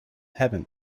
heaven